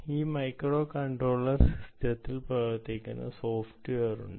ഈ മൈക്രോകൺട്രോളർ സിസ്റ്റത്തിൽ പ്രവർത്തിക്കുന്ന സോഫ്റ്റ്വെയർ ഉണ്ട്